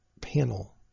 panel